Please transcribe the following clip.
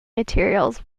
materials